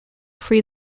free